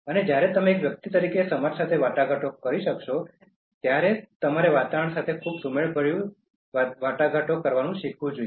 અને જ્યારે તમે એક વ્યક્તિ તરીકે સમાજ સાથે વાટાઘાટો કરી શકશો ત્યારે તમારે વાતાવરણ સાથે ખૂબ સુમેળભર્યું વાટાઘાટો કરવાનું શીખવું જોઈએ